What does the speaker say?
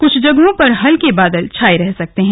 कुछ जगहों पर हलके बादल छाये रह सकते हैं